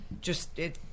just—it